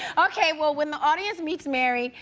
okay, well, when the audience meets mary,